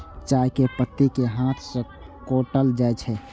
चाय के पत्ती कें हाथ सं खोंटल जाइ छै